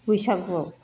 बैसागुआव